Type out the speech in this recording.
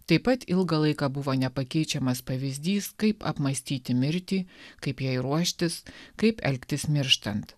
taip pat ilgą laiką buvo nepakeičiamas pavyzdys kaip apmąstyti mirtį kaip jai ruoštis kaip elgtis mirštant